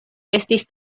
estis